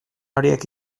horiek